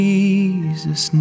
Jesus